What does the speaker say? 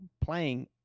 playing